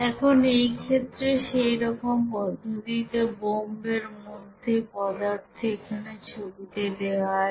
এখন এই ক্ষেত্রে সেই রকম পদ্ধতিতে বোম্ব এর মধ্যে পদার্থ এখানে ছবিতে দেওয়া আছে